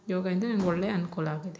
ಯೋಗಯಿಂದ ನನ್ಗೆ ಒಳ್ಳೆ ಅನುಕೂಲ ಆಗಿದೆ